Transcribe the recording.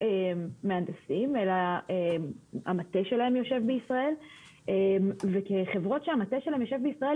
מהנדסים אלא המטה שלהן יושב בישראל וכחברות שהמטה שלהן בישראל,